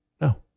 no